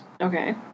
Okay